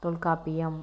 Tolkappiyam